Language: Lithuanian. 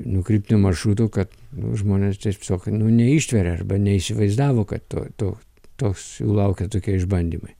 nukrypti maršrutu kad žmonės tiesiog neištveria arba neįsivaizdavo kad tu tu toks laukia tokie išbandymai